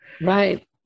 Right